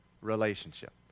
relationship